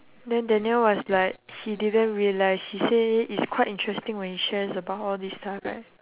then daniel was like he didn't realise he say it's quite interesting when she shares about all these stuff right